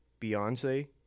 Beyonce